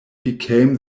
became